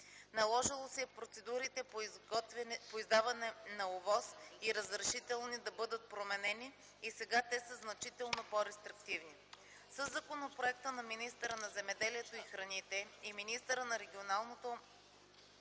Наложило се е процедурите по издаване на ОВОС и разрешителни да бъдат променени и сега те са значително по-рестриктивни. Със законопроекта на министъра на земеделието и храните и на министъра на регионалното